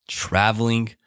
traveling